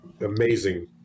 amazing